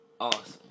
awesome